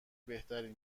بهتری